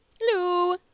Hello